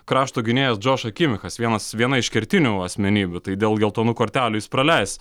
krašto gynėjas džoša kimichas vienas viena iš kertinių asmenybių tai dėl geltonų kortelių jis praleis